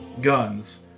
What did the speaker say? guns